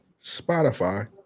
Spotify